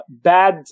bad